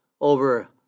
over